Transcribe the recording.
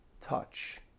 touch